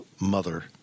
mother